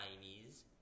Chinese